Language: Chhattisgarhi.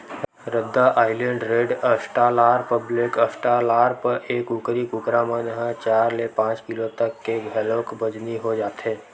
रद्दा Island Red, Australorp, black Australorp, ए कुकरी कुकरा मन ह चार ले पांच किलो तक के घलोक बजनी हो जाथे